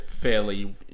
fairly